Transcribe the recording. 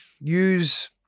use